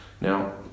Now